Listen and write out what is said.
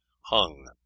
hung